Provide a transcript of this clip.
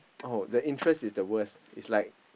oh the interest is the worst is like